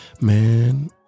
man